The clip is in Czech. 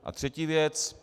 A třetí věc.